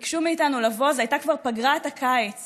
ביקשו מאיתנו לבוא, זו הייתה כבר פגרת הקיץ